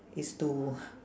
is to